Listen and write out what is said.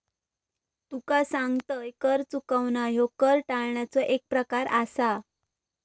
तुका सांगतंय, कर चुकवणा ह्यो कर टाळण्याचो एक प्रकार आसा